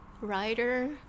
writer